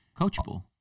Coachable